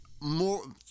more